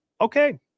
okay